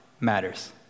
matters